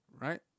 Right